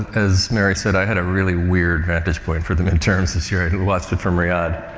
as mary said, i had a really weird vantage point for the midterms this year. i watched it from riyadh.